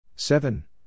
Seven